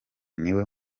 niwe